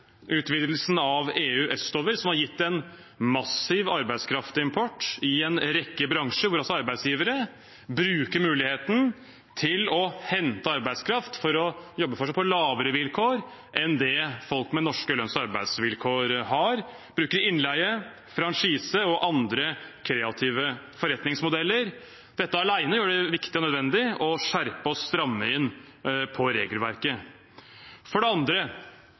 utvidelsen av EU østover, som har gitt en massiv arbeidskraftimport i en rekke bransjer, der arbeidsgivere bruker muligheten til å hente arbeidskraft til å jobbe for seg på dårligere vilkår enn det folk med norske lønns- og arbeidsvilkår har, og bruker innleie, franchise og andre kreative forretningsmodeller. Dette alene gjør det viktig og nødvendig å skjerpe og stramme inn regelverket. For det andre: